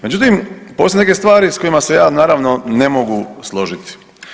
Međutim, postoje neke stvari s kojima se ja naravno ne mogu složiti.